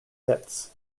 hits